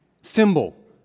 symbol